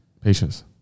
Patience